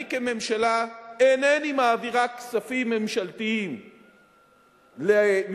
אני כממשלה אינני מעבירה כספים ממשלתיים למפלגות